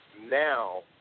now